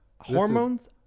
Hormones